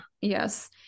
yes